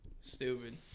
Stupid